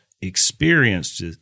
experienced